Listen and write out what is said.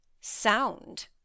Sound